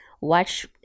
watch